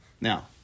Now